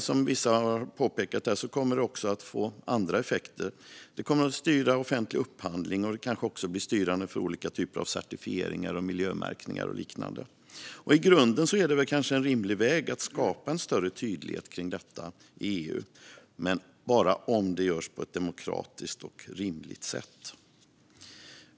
Som vissa har påpekat kommer det troligen att få andra effekter, till exempel styra offentlig upphandling och kanske bli styrande för olika former av certifiering, miljömärkning och liknande. I grunden är det väl en rimlig väg att skapa en större tydlighet i EU, men bara om det görs på ett demokratiskt och rimligt sätt.